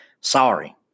sorry